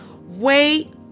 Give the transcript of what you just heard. wait